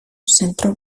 zentro